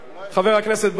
חבר הכנסת בר-און.